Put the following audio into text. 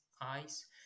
eyes